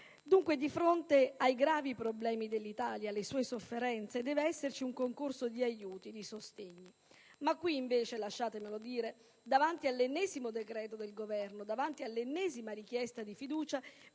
Dunque, di fronte ai gravi problemi dell'Italia e alle sue sofferenze deve esserci un concorso di aiuti e di sostegni. Tuttavia, oggi - lasciatemelo dire - davanti all'ennesimo decreto-legge del Governo e all'ennesima richiesta di fiducia,